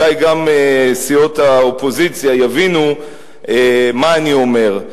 אולי גם סיעות האופוזיציה יבינו מה אני אומר.